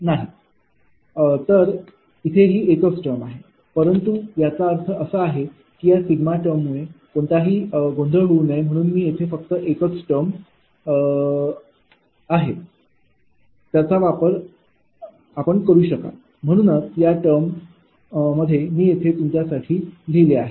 तर इथे ही एकच टर्म आहे परंतु याचा अर्थ असा आहे की या सिग्मा टर्म मुळे कोणताही गोंधळ होऊ नये म्हणूनच येथ फक्त एकच टर्म आहे त्याचा आपण वापर करू शकाल म्हणूनच या टर्म मी येथे तुमच्यासाठी लिहिल्या आहेत